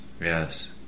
yes